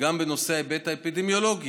גם בנושא ההיבט האפידמיולוגי: